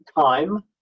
time